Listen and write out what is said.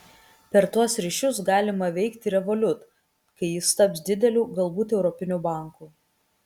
per tuos ryšius galima veikti revolut kai jis taps dideliu galbūt europiniu banku